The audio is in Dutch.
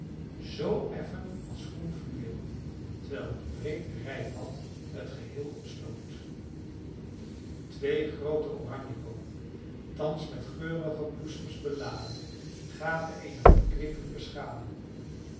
zoo effen als groen fluweel terwijl een breed rijpad het geheel omsloot twee groote oranjeboomen thans met geurige bloesems beladen gaven eene verkwikkelijke schaduw